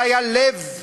זה היה לב החוק.